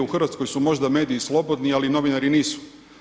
U Hrvatskoj su možda mediji slobodni, ali novinari nisu.